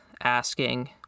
asking